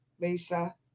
Lisa